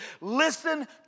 listen